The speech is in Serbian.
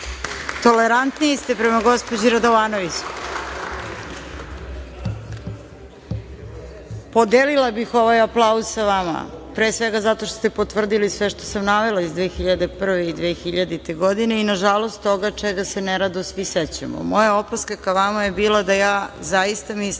Tolerantniji ste prema gospođi Radovanović. Podelila bih ovaj aplauz sa vama, pre svega zato što ste potvrdili sve što sam navela iz 2001. i 2000. godini i nažalost toga čega se nerado svi sećamo. Moja opaska vama je bila da ja zaista mislim